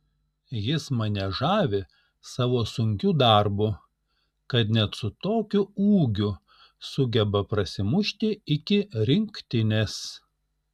jis mane žavi savo sunkiu darbu kad net su tokiu ūgiu sugeba prasimušti iki rinktinės